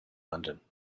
london